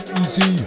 Easy